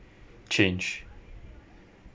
change